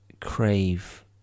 crave